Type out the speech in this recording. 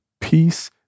Peace